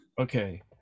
Okay